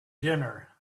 dinner